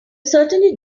certainly